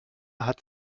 hat